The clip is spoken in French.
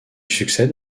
succède